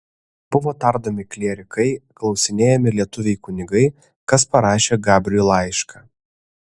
buvo tardomi klierikai klausinėjami lietuviai kunigai kas parašė gabriui laišką